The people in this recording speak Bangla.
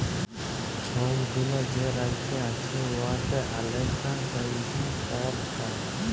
ছব গুলা যে রাজ্য আছে উয়াতে আলেদা ক্যইরে ফল হ্যয়